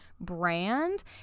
brand